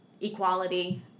equality